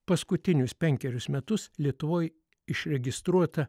paskutinius penkerius metus lietuvoj išregistruota